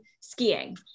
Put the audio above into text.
skiing